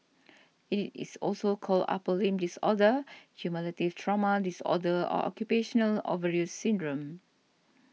it is also called upper limb disorder cumulative trauma disorder or occupational overuse syndrome